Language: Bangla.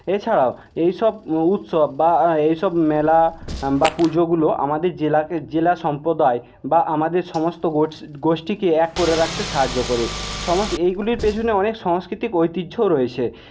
এছাড়াও এইসব উৎসব বা এইসব মেলা বা পুজোগুলো আমাদের জেলাকে জেলা সম্প্রদায় বা আমাদের সমস্ত গোষ্ঠীকে এক করে রাখতে সাহায্য করে সমস্ত এইগুলির পেছনে অনেক সাংস্কৃতিক ঐতিহ্যও রয়েছে